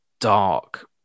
dark